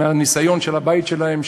מהניסיון של הבית שלהם,